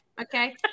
Okay